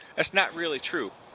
that's not really true.